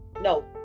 no